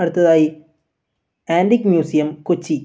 അടുത്തയായി antique museum Kochi